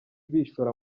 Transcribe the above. bishora